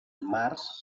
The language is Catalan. març